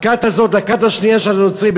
הכת הזאת לכת השנייה של הנוצרים,